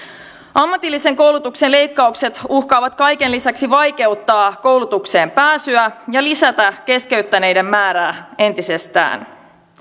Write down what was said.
ammatillisen koulutuksen leikkaukset uhkaavat kaiken lisäksi vaikeuttaa koulutukseen pääsyä ja lisätä keskeyttäneiden määrää entisestään